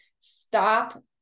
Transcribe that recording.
stop